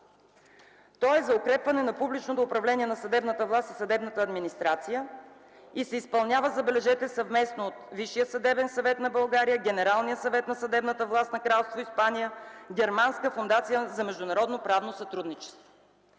Той е за укрепване на публичното управление на съдебната власт и съдебната администрация и се изпълнява, забележете, съвместно от Висшия съдебен съвет на България, Генералния съвет на съдебната власт на Кралство Испания и Германска фондация за международно правно сътрудничество.